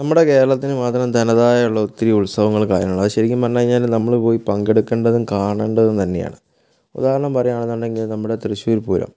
നമ്മുടെ കേരളത്തിന് മാത്രം തനതായുള്ള ഒത്തിരി ഉത്സവങ്ങൾ കാര്യങ്ങൾ അത് ശരിക്കും പറഞ്ഞ് കഴിഞ്ഞാൽ നമ്മൾ പോയി പങ്കെടുക്കേണ്ടതും കാണെണ്ടതും തന്നെയാണ് ഉദാഹരണം പറയുകയാണെന്നുണ്ടെങ്കിൽ നമ്മുടെ തൃശ്ശൂര് പൂരം